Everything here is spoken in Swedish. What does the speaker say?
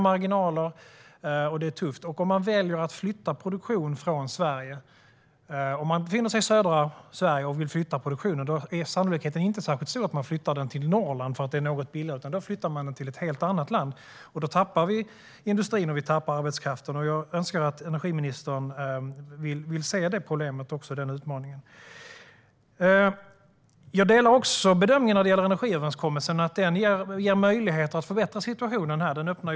Marginalerna är små, och det är tufft. Om man befinner sig i södra Sverige och vill flytta produktionen är sannolikheten inte särskilt stor att man flyttar den till Norrland för att det är något billigare där. Man flyttar i stället till ett helt annat land. Då tappar vi industrin, och vi tappar arbetskraft. Jag önskar att energiministern vill se detta problem och denna utmaning. Jag delar också bedömningen vad gäller energiöverenskommelsen. Den ger möjligheter att förbättra situationen.